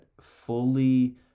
fully